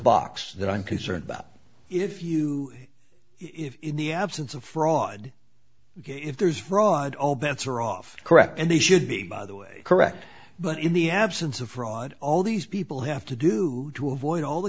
box that i'm concerned about if you if in the absence of fraud if there's fraud all bets are off correct and he should be the way correct but in the absence of fraud all these people have to do to avoid all the